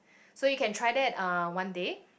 so you can try that uh one day